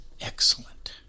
Excellent